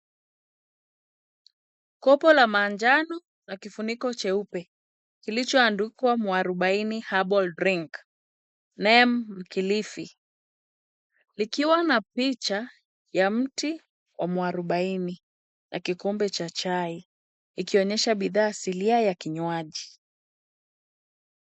Kopo la njano na kifuniko cheupe kilichoandikwa mwarubaini herbal drink neem mkiilifi, likiwa na picha ya mti wa mwarubaini na kikombe cha chai, ikionyesha bidhaa asilia ya kinywaji.